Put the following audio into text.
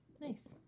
Nice